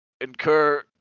incur